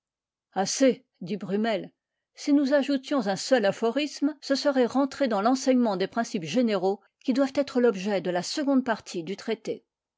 assez dit brummel si nous ajoutions un seul aphorisme ce serait rentrer dans l'enseignement des principes généraux qui doivent être l'objet de la seconde partie du traité